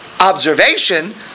Observation